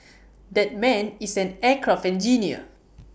that man is an aircraft engineer